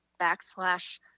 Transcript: backslash